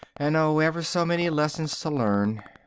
and oh! ever so many lessons to learn!